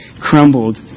crumbled